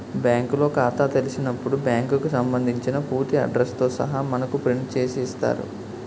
బ్యాంకులో ఖాతా తెలిసినప్పుడు బ్యాంకుకు సంబంధించిన పూర్తి అడ్రస్ తో సహా మనకు ప్రింట్ చేసి ఇస్తారు